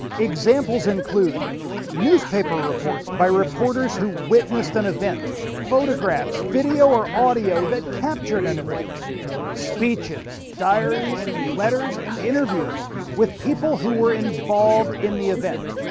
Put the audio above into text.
examples include newspaper reports by reporters who witnessed an event photographs, video or audio that captured an event speeches, diaries letters and interviews with people who were involved in the event.